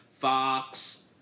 Fox